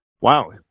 wow